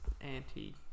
anti